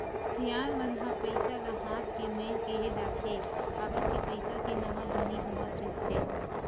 सियान मन ह पइसा ल हाथ के मइल केहें जाथे, काबर के पइसा के नवा जुनी होवत रहिथे